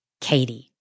Katie